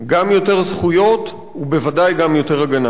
גם יותר זכויות, ובוודאי גם יותר הגנה.